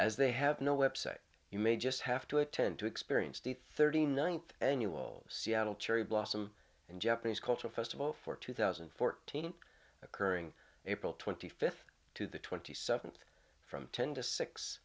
as they have no website you may just have to attend to experience the thirty ninth annual seattle cherry blossom and japanese culture festival for two thousand and fourteen and occurring april twenty fifth to the twenty seventh from ten to six